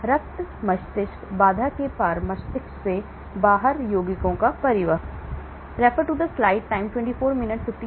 रक्त मस्तिष्क बाधा के पार मस्तिष्क से बाहर यौगिकों का परिवहन